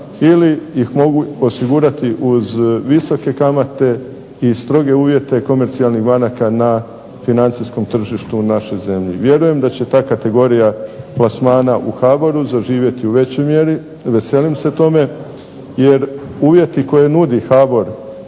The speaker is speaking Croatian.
ili ih mogu osigurati uz visoke kamate i stroge uvjete komercijalnih banaka na financijskom tržištu u našoj zemlji. Vjerujem da će ta kategorija plasmana u HBOR-u zaživjeti u većoj mjeri. Veselim se tome, jer uvjeti koje nudi HBOR